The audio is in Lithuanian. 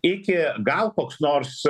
iki gal koks nors